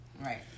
Right